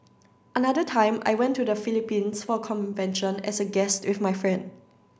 another time I went to the Philippines for a convention as a guest with my friend